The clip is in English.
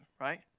right